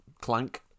Clank